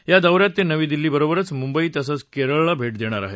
या दौ यात ते नवी दिल्ली बरोबरच मुंबई तसंच केरळला भेट देणार आहेत